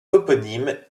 toponymes